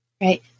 Right